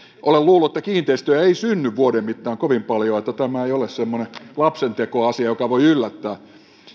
olen luullut että kiinteistöjä ei synny vuoden mittaan kovin paljon että tämä ei ole semmoinen lapsentekoasia joka voi yllättää